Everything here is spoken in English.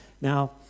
Now